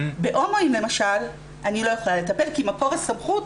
בהומואים למשל אני לא יכולה לטפל כי מקור הסמכות